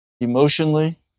emotionally